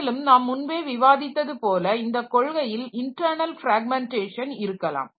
மேலும் நாம் முன்பே விவாதித்தது போல இந்த கொள்கையில் இன்ட்டர்ணல் பிராக்மெண்டேஷன் இருக்கலாம்